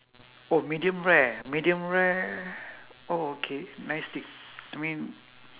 oh medium rare medium rare oh okay nice steak to me